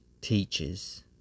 teaches